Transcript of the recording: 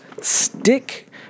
stick